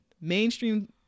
mainstream